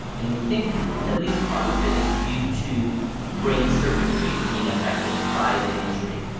and we think at least part of it is due to brain circuitry being affected by the injury.